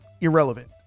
irrelevant